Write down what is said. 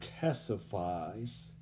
testifies